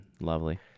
lovely